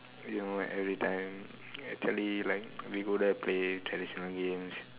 you know every time actually like we go there play traditional games